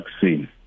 vaccine